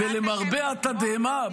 --- ולמרבה התדהמה,